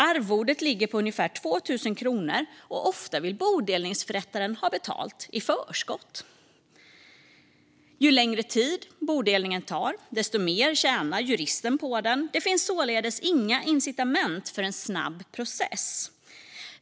Arvodet ligger på ungefär 2 000 kronor, och ofta vill bodelningsförrättaren ha betalt i förskott. Ju längre tid bodelningen tar, desto mer tjänar juristen på den. Det finns således inga incitament för en snabb process.